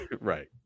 Right